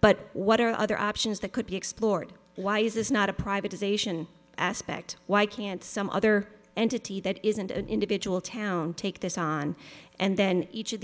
but what are other options that could be explored why is this not a privatization aspect why can't some other entity that isn't an individual town take this on and then each of